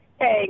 Hey